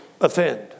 offend